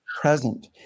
present